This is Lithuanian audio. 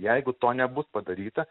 jeigu to nebus padaryta